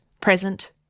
present